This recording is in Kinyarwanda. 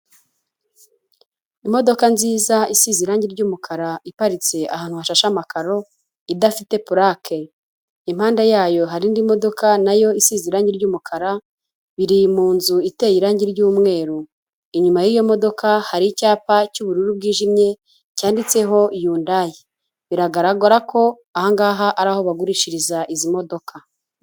Imodoka nziza isize irangi ry'umukara iparitse ahantu hashashe amakaro idafite pulake, impande yayo hari indi modoka nayo isize irangi ry'umukara iri mu nzu iteye irangi ry'umweru, inyuma yiyo modoka hari icyapa cy'ubururu bwijimye cyanditseho yundayi, biragaragara ko aha ngaha ari aho bagurishiriza izi modoka.